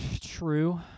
true